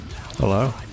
Hello